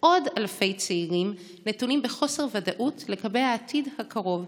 עוד אלפי צעירים נתונים בחוסר ודאות לגבי העתיד הקרוב.